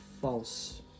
false